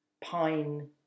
pine